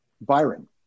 Byron